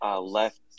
left